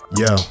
yo